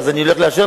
ואז אני אלך לאשר,